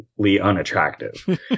unattractive